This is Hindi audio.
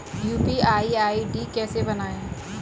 यू.पी.आई आई.डी कैसे बनाएं?